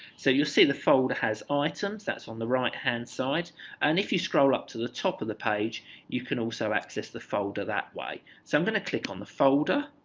so you'll see the folder has items that's on the right hand side and if you scroll up to the top of the page you can also access the folder that way so i'm going to click on the folder